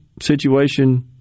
situation